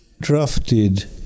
drafted